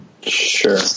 Sure